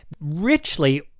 richly